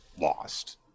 lost